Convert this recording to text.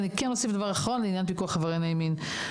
אני כן אוסיף דבר אחרון לעניין פיקוח עברייני מין.